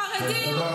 חרדים?